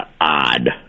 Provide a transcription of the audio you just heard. odd